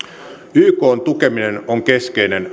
ykn tukeminen on keskeinen